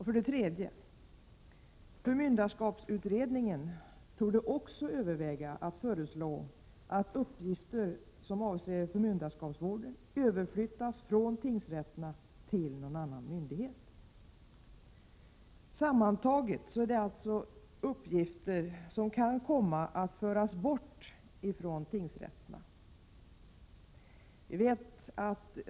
För det tredje så torde också förmyndarskapsutredningen överväga att föreslå att uppgifter som avser förmynderskapsvården flyttas från tingsrätterna till någon annan myndighet. Sammantaget är det alltså åtskilliga uppgifter som kan komma att föras bort från tingsrätterna.